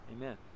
Amen